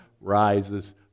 rises